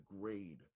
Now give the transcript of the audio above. grade